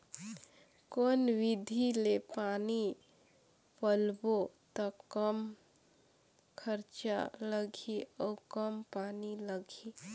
कौन विधि ले पानी पलोबो त कम खरचा लगही अउ कम पानी लगही?